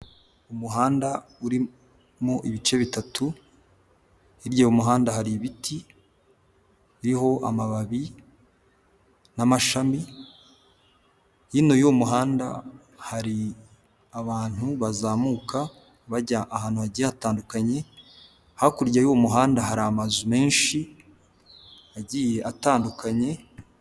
Umuhanda urimo ibice bitatu hirya y'umuhanda hari ibiti biriho amababi n'amashami hino y'uwo muhanda hari abantu bazamuka bajya ahantu hagiye hatandukanye, hakurya y'umuhanda hari amazu menshi agiye atandukanye.